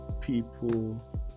people